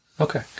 Okay